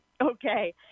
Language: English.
Okay